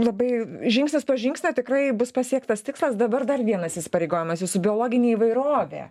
labai žingsnis po žingsnio tikrai bus pasiektas tikslas dabar dar vienas įsipareigojimas jūsų biologinė įvairovė